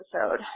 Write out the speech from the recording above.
episode